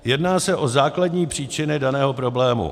Jedná se o základní příčiny daného problému.